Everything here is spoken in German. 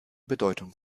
bedeutung